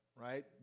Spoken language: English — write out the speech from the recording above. right